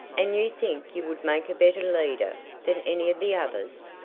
and you think you would make a better leader than any of the others?